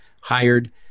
hired